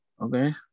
Okay